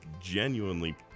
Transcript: genuinely